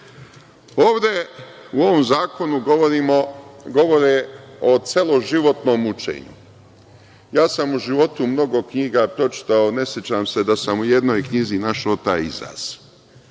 Ovde u ovom zakonu govore o celoživotnom učenju. Ja sam u životu mnogo knjiga pročitao, a ne sećam se da sam i u jednoj knjizi našao taj izraz.